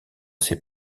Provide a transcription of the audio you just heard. ses